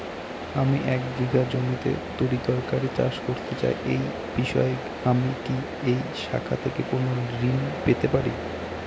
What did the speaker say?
আমি এক বিঘা জমিতে তরিতরকারি চাষ করতে চাই এই বিষয়ে আমি কি এই শাখা থেকে কোন ঋণ পেতে পারি?